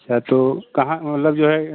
अच्छा तो कहाँ मतलब जो है